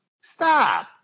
Stop